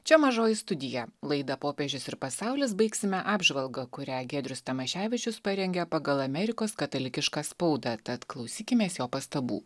čia mažoji studija laida popiežius ir pasaulis baigsime apžvalgą kurią giedrius tamaševičius parengė pagal amerikos katalikišką spaudą tad klausykimės jo pastabų